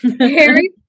Harry